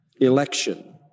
election